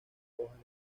hojas